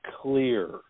clear